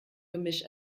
gemisch